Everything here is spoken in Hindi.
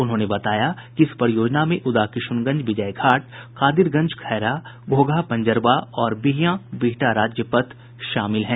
उन्होंने बताया कि इस परियोजना में उदाकिशुनगंज विजयघाट कादिरगंज खैरा घोघा पंजरवा और बिहिया बिहटा राज्य पथ शामिल हैं